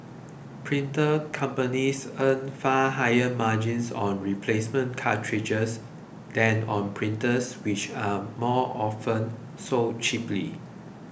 printer companies earn far higher margins on replacement cartridges than on printers which are often sold cheaply